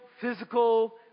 physical